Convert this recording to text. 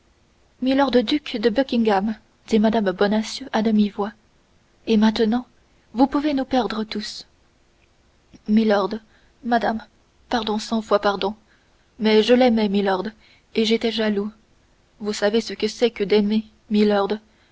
seriez milord duc de buckingham dit mme bonacieux à demi-voix et maintenant vous pouvez nous perdre tous milord madame pardon cent fois pardon mais je l'aimais milord et j'étais jaloux vous savez ce que c'est que d'aimer milord